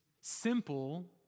simple